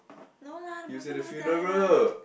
no lah the boyfriend never die lah